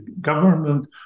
government